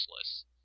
useless